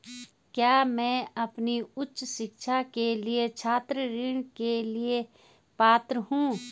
क्या मैं अपनी उच्च शिक्षा के लिए छात्र ऋण के लिए पात्र हूँ?